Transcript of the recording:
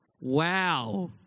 Wow